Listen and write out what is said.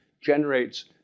generates